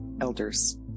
elders